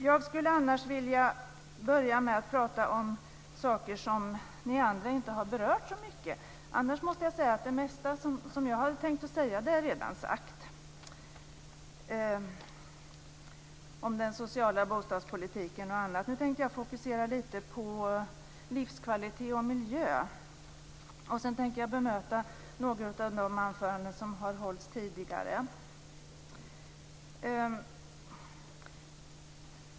Jag skulle vilja börja med att prata om saker som ni andra inte har berört så mycket. Annars måste jag säga att det mesta som jag hade tänkt att säga om den sociala bostadspolitiken och annat redan är sagt. Nu tänkte jag fokusera lite på livskvalitet och miljö. Sedan tänker jag bemöta några av de anföranden som har hållits tidigare.